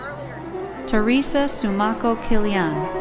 theresa sumoka kilian.